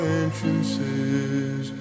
entrances